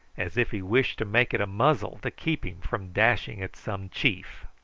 as if he wished to make it a muzzle to keep him from dashing at some chief.